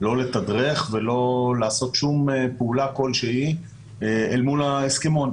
לא לתדרך ולא לעשות פעולה כלשהי אל מול ההסכמון.